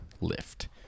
lift